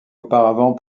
auparavant